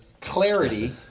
Clarity